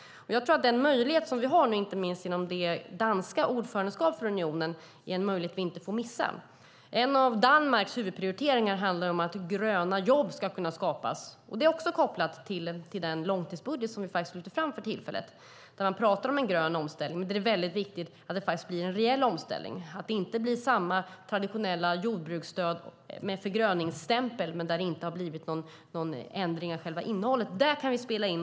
Genom det danska ordförandeskapet har vi en möjlighet som vi inte får missa. En av Danmarks huvudprioriteringar är hur gröna jobb ska kunna skapas. Det är också kopplat till den långtidsbudget som vi lyfter fram där man pratar om en grön omställning. Det är viktigt att det blir en reell omställning och inte ett traditionellt jordbruksstöd med förgröningsstämpel utan förändring av innehållet. Där kan vi spela in.